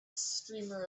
streamer